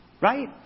right